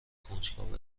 کنجکاو